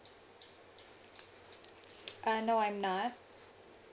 uh no I'm not